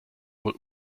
wohl